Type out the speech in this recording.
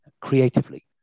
creatively